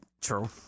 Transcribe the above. True